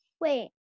Wait